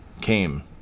came